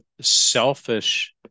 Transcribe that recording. selfish